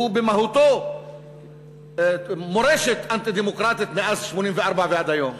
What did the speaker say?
שהוא במהותו מורשת אנטי-דמוקרטית מאז 1984 ועד היום.